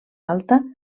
alta